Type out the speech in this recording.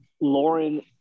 Lauren